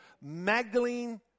Magdalene